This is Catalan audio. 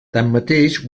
tanmateix